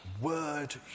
Word